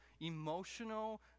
emotional